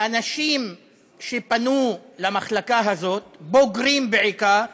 ואנשים שפנו למחלקה הזאת, בוגרים בעיקר,